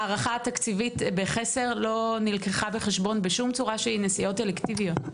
ההערכה התקציבית בחסר לא נלקחה בחשבון בשום צורה שהיא נסיעות אלקטיביות.